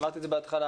אמרתי את זה בהתחלה.